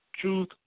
Truth